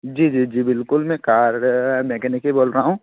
जी जी जी बिल्कुल मैं कार मैकेनिक ही बोल रहा हूँ